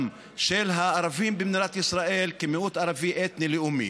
של הערבים במדינת ישראל כמיעוט ערבי אתני לאומי.